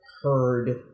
heard